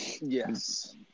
Yes